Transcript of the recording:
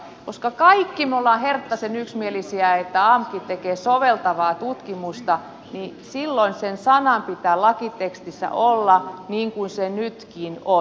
kun kaikki me olemme herttaisen yksimielisiä että amkit tekevät soveltavaa tutkimusta niin silloin sen sanan pitää lakitekstissä olla niin kuin se nytkin on